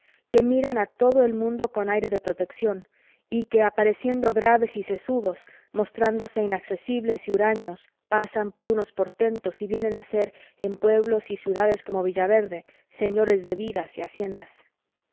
que miran a todo el mundo con aire de protección y que apareciendo graves y sesudos mostrándose inaccesibles y huraños pasan por unos portentos y vienen a ser en pueblos y ciudades como villaverde señores de vidas y haciendas